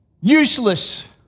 Useless